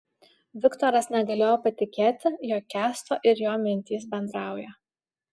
viktoras negalėjo patikėti jog kęsto ir jo mintys bendrauja